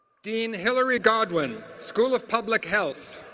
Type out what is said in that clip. dean hilary godwin, school of public health.